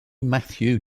matthew